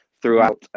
throughout